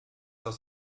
aus